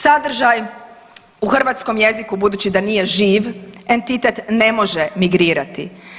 Sadržaj u hrvatskom jeziku budući da nije živ entitet ne može migrirati.